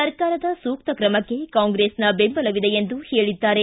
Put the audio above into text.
ಸರ್ಕಾರದ ಸೂಕ್ತ ಕ್ರಮಕ್ಕೆ ಕಾಂಗ್ರೆಸ್ನ ಬೆಂಬಲವಿದೆ ಎಂದು ಹೇಳಿದ್ದಾರೆ